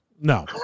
No